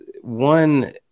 One